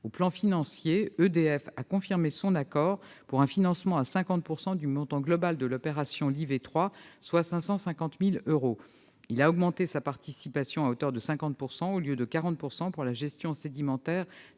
le plan financier, EDF a confirmé son accord pour un financement à 50 % du montant global de l'opération Lyvet 3, soit 550 000 euros. Il a augmenté sa participation, la faisant passer de 40 % à 50 % pour la gestion sédimentaire